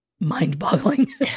Mind-boggling